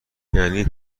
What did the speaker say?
یعنی